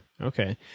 Okay